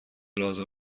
لازم